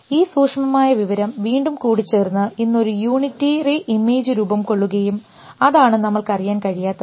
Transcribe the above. ഈ സൂക്ഷ്മമായ വിവരം വീണ്ടും കൂടിച്ചേർന്ന് ഇന്ന് ഒരു യൂണിറ്ററി ഇമേജ് രൂപംകൊള്ളുകയും അതാണ് നമ്മൾക്ക് അറിയാൻ കഴിയാത്തത്